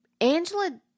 Angela